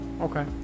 okay